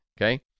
okay